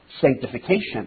sanctification